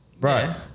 Right